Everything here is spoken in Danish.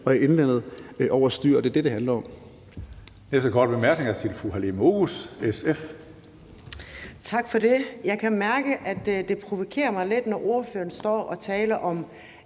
og i indlandet, over styr. Og det er det, det handler om.